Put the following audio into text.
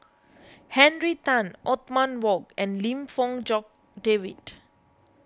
Henry Tan Othman Wok and Lim Fong Jock David